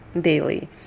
daily